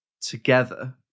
together